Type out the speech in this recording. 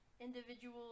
individual